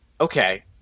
okay